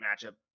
matchup